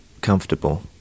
comfortable